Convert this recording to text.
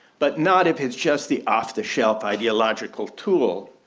but not if it's just the off the shelf ideological tool,